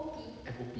F_O_P